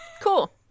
Cool